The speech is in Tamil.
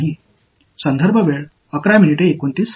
மாணவர்நாங்கள் தோராயமாக செய்யவில்லைRefer Time 1129